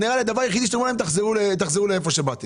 נראה לי שהדבר היחיד שאתם אומרים להם הוא "תחזרו למקום שממנו באתם".